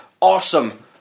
awesome